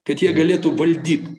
kad jie galėtų valdyt